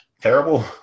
terrible